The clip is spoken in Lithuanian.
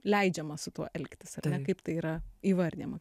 leidžiama su tuo elgtis ar ne kaip tai yra įvardijama